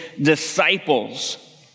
disciples